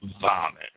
vomit